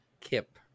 Kip